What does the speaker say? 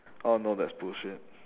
oh no that's bullshit